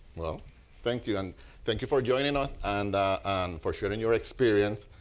thank you. and thank you for joining us. and for sharing your experience.